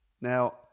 Now